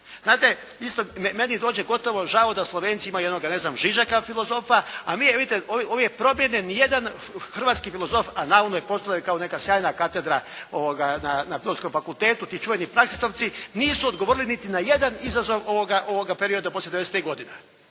Znate, isto meni dođe gotovo žao da Slovenci imaju jednoga ne znam Žižaka filozofa, a mi vidite …/Govornik se ne razumije./… ni jedan hrvatski filozof, a navodno ih, postoji jedna sjajna Katedra na Filozofskom fakultetu, ti čuveni …/Govornik se ne razumije./… nisu odgovorili niti na jedan izazov ovoga perioda poslije 93 godine.